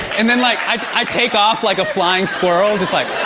and then like, i take off like a flying squirrel. just like